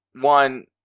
one